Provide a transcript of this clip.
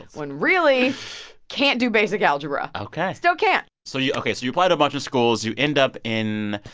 when really can't do basic algebra ok still can't so you ok, so you apply to a bunch of schools. you end up in.